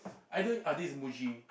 I don't ah this is Muji